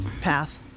path